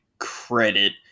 Credit